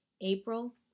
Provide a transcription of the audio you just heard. April